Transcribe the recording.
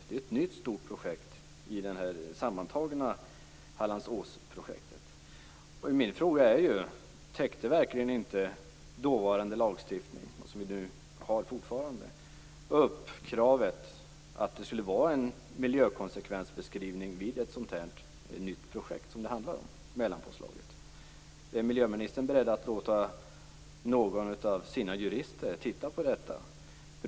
Det är ett nytt stort projekt i det sammantagna Min fråga är: Täckte verkligen inte dåvarande lagstiftning, som vi har fortfarande, kravet att det skulle vara en miljökonsekvensbeskrivning vid ett sådant här nytt projekt som mellanpåslaget är? Är miljöministern beredd att låta någon av sina jurister titta på detta?